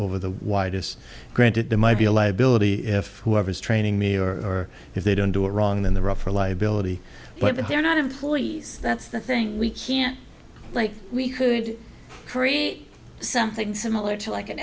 over the widest granted there might be a liability if whoever is training me or if they don't do it wrong in the rough or liability but they're not employees that's the thing we can't like we could create something similar to like an